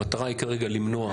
המטרה היא כרגע למנוע.